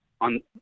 on